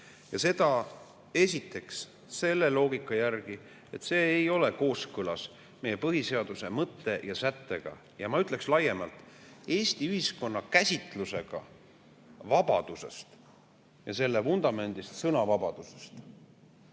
Seda esiteks selle loogika järgi, et see ei ole kooskõlas meie põhiseaduse mõtte ja sättega, ja ma ütleks, et laiemalt Eesti ühiskonna käsitlusega vabadusest ja selle vundamendist – sõnavabadusest.